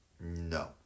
No